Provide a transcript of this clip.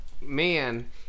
man